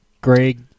greg